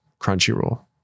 Crunchyroll